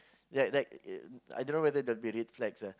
like like uh I don't know whether there will be red flags ah